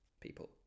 people